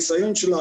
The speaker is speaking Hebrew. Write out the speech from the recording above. עם הניסיון שלה,